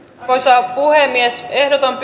arvoisa puhemies ehdotan